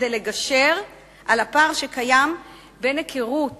כדי לגשר על הפער שקיים בין היכרות